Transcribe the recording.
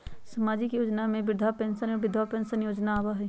सामाजिक योजना में वृद्धा पेंसन और विधवा पेंसन योजना आबह ई?